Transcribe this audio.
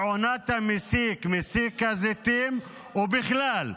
בעונת המסיק, מסיק הזיתים, ובכלל,